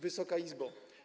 Wysoka Izbo!